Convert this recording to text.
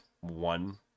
one